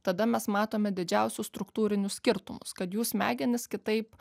tada mes matome didžiausius struktūrinius skirtumus kad jų smegenys kitaip